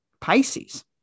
Pisces